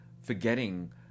forgetting